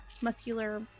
muscular